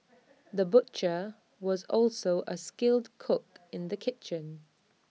the butcher was also A skilled cook in the kitchen